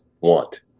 want